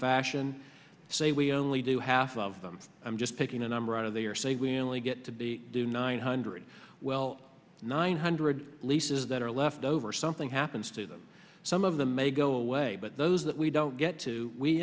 fashion say we only do half of them i'm just picking a number out of they are saying we only get to be do nine hundred well nine hundred leases that are left over something happens to them some of them may go away but those that we don't get to we